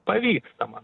pavyksta man